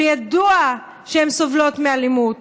שידוע שהן סובלות מאלימות,